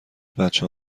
بچه